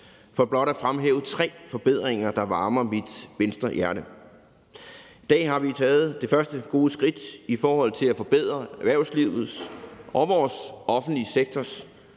for at fremhæve tre forbedringer, der varmer mit Venstrehjerte. I dag har vi taget det første gode skridt i forhold til at forbedre erhvervslivets og vores offentlige sektors